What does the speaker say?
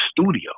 studio